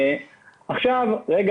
דובר